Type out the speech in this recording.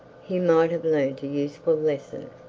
he might have learnt a useful lesson,